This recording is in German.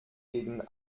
gegen